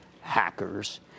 hacker's